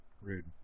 Rude